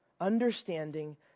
Understanding